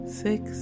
six